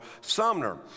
Sumner